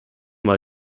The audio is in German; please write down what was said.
mal